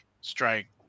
strike